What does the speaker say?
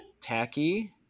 tacky